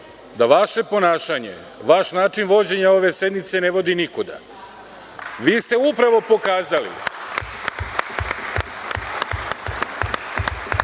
da vaše ponašanje, vaš način vođenja ove sednice, ne vodi nikuda. Vi ste upravo pokazali